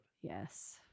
Yes